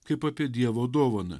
kaip apie dievo dovaną